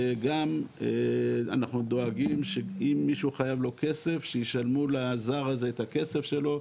וגם אנחנו דואגים שאם מישהו חייב לו כסף שישלמו לזר הזה את הכסף שלו,